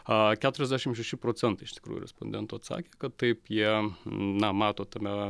a keturiasdešim šeši procentai iš tikrųjų respondentų atsakė kad taip jie na mato tame